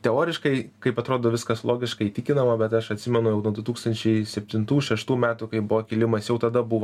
teoriškai kaip atrodo viskas logiška įtikinama bet aš atsimenu jau nuo du tūkstančiai septintų šeštų metų kai buvo kilimas jau tada buvo